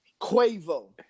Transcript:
quavo